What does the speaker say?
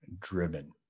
driven